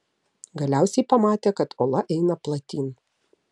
galiausiai pamatė kad ola eina platyn